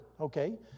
Okay